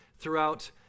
throughout